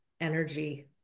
energy